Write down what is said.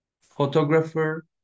photographer